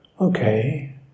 Okay